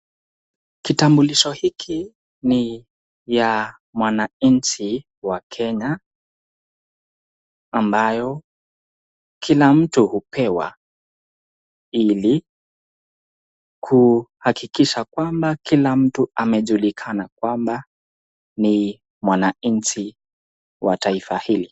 Kitambulisho hiki ni ya mwananchi wa Kenya ambayo kila mtu hupewa ili kuhakikisha kwamba kila mtu amejulikana kwamba ni mwananchi wa taifa hili.